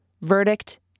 Verdict